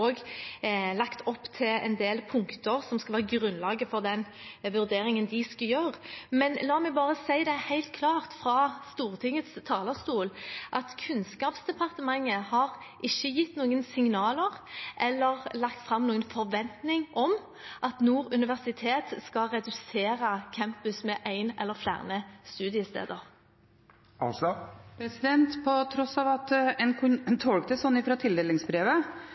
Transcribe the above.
lagt opp til en del punkter som skal være grunnlaget for den vurderingen de skal gjøre. Men la meg bare si det helt klart fra Stortingets talerstol at Kunnskapsdepartementet har ikke gitt noen signaler eller lagt fram noen forventning om at Nord universitet skal redusere campus med ett eller flere studiesteder. På tross av at en kunne tolke det slik fra tildelingsbrevet,